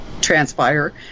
transpire